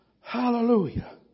Hallelujah